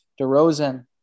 DeRozan